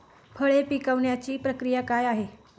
फळे पिकण्याची प्रक्रिया काय आहे?